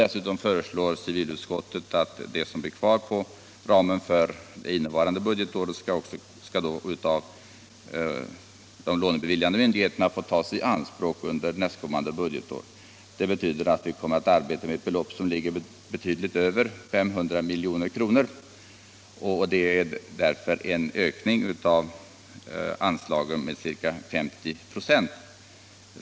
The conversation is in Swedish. Dessutom föreslår civilutskottet att det som blir kvar av anslaget för innevarande budgetår skall av de lånebeviljande myndigheterna få tas i anspråk under nästkommande budgetår. Det betyder att vi kommer att arbeta med ett belopp som ligger betydligt över 500 milj.kr. Det är därför en ökning av anslagen med över 50 96.